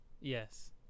Yes